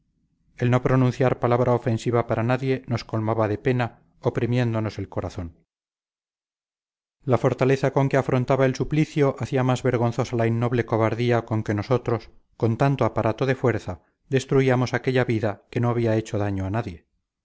el no pronunciar palabra ofensiva para nadie nos colmaba de pena oprimiéndonos el corazón la fortaleza con que afrontaba el suplicio hacía más vergonzosa la innoble cobardía con que nosotros con tanto aparato de fuerza destruíamos aquella vida que no había hecho daño a nadie